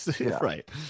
right